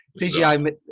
CGI